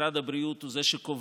משרד הבריאות הוא זה שקובע,